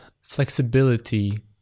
flexibility